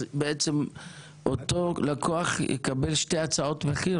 אז בעצם אותו לקוח יקבל שתי הצעות מחיר?